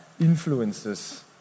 influences